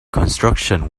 construction